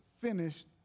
finished